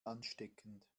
ansteckend